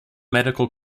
medical